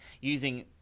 using